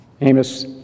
Amos